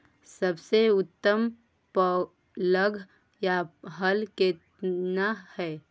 सबसे उत्तम पलौघ या हल केना हय?